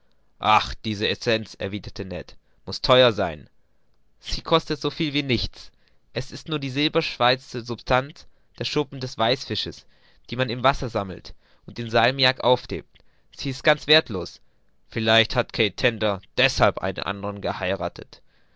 ach diese essenz erwiderte ned muß theuer sein sie kostet soviel wie nichts es ist nur die silberweiße substanz der schuppen des weißfisches die man im wasser sammelt und in salmiak aufhebt sie ist ganz werthlos vielleicht hat kat tender deshalb einen anderen geheiratet